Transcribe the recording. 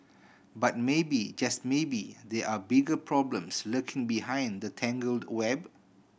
but maybe just maybe there are bigger problems lurking behind the tangled web